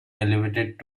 elevated